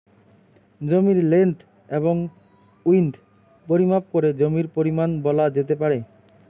জমির লেন্থ এবং উইড্থ পরিমাপ করে জমির পরিমান বলা যেতে পারে